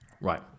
Right